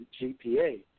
GPA